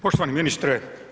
Poštovani ministre.